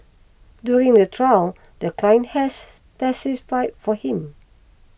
during the trial the client has testified for him